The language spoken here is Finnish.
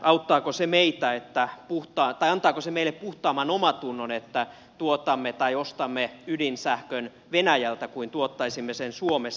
antaako se meille puhtaamman omantunnon että tuotamme tai ostamme ydinsähkön venäjältä kuin että tuottaisimme sen suomessa